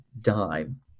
dime